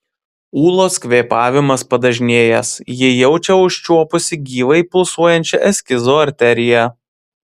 ūlos kvėpavimas padažnėjęs ji jaučia užčiuopusi gyvai pulsuojančią eskizo arteriją